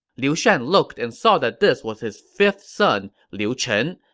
liu shan looked and saw that this was his fifth son, liu chen.